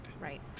Right